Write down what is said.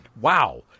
Wow